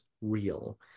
real